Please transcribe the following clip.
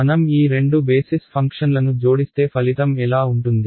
మనం ఈ రెండు బేసిస్ ఫంక్షన్లను జోడిస్తే ఫలితం ఎలా ఉంటుంది